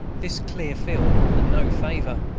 this clear field, and no favor,